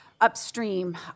upstream